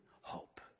hope